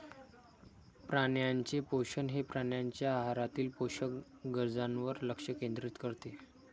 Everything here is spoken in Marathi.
प्राण्यांचे पोषण हे प्राण्यांच्या आहारातील पोषक गरजांवर लक्ष केंद्रित करते